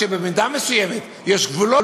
במידה מסוימת יש גבולות,